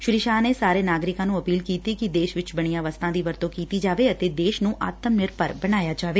ਸ੍ਰੀ ਸ਼ਾਹ ਨੇ ਸਾਰੇ ਨਾਗਰਿਕਾਂ ਨੂੰ ਅਪੀਲ ਕੀਤੀ ਕਿ ਦੇਸ਼ ਵਿਚ ਬਣੀਆਂ ਵਸਤਾਂ ਦੀ ਵਰਤੋਂ ਕੀਤੀ ਜਾਵੇ ਅਤੇ ਦੇਸ਼ ਨੂੰ ਆਤਮ ਨਿਰਭਰ ਬਣਾਇਆ ਜਾਏ